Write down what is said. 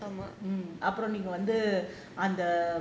அப்புறம் நீங்க வந்து அந்த:appuram neenga vanthu antha